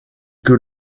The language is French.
que